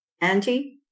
Auntie